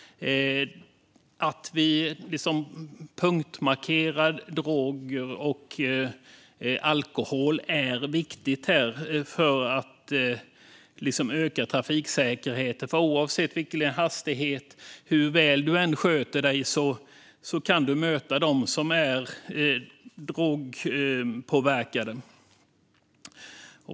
Att punktmarkera alkohol och droger är viktigt för att öka trafiksäkerheten. Oavsett vilken hastighet du håller och hur väl du sköter dig kan du möta sådana som är drogpåverkade.